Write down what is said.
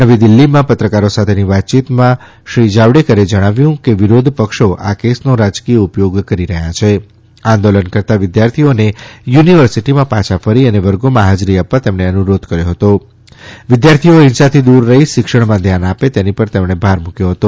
નવીદિલ્લીમાં પત્રકારો સાથેથી વાતાચીતમાં જાવડેકરે જણાવ્યું કે વિરોધપક્ષો આ કેસનો રાજકીય ઉપયોગ કરી રહ્યા છે આંદોલન કરતા વિદ્યાર્થીઓને યુનિવર્સિટીમાં પાછા ફરી અને વર્ગોમાં ફાજરી આપવા તેમણે અનુરોધ કર્યો હતો વિદ્યાર્થીઓ હિંસાથી દૂર રહી શિક્ષણમાં ધ્યાન આપે તેની પર તેમણે ભાર મૂક્યો હતો